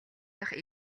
дахь